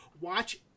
watch